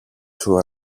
σου